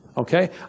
Okay